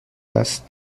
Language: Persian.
است